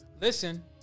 Listen